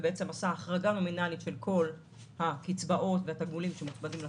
ובעצם עשה החרגה נומינלית של כל הקצבאות והתגמולים שמוצמדים לשכר,